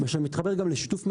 ועכשיו זה מתחבר גם לשיתוף מידע.